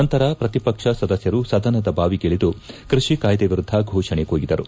ನಂತರ ಪ್ರತಿಪಕ್ಷ ಸದಸ್ಯರು ಸದನದ ಬಾವಿಗಿಳಿದು ಕೃಷಿ ಕಾಯ್ದೆ ವಿರುದ್ಧ ಘೋಷಣೆ ಕೂಗಿದರು